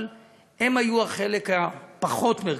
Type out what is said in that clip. אבל הם היו החלק הפחות מרכזי.